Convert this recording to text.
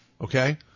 Okay